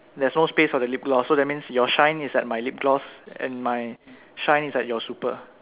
there's no space for the lip gloss so that means your shine is at my lip gloss and my shine is at your super